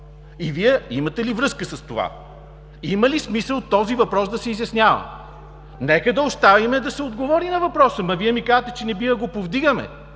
И Вие имате ли връзка с това? Има ли смисъл този въпрос да се изяснява? Нека да оставим да се отговори на въпроса, но Вие ни казвате, че не бива да го повдигаме.